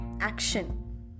action